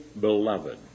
beloved